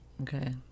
Okay